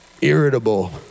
irritable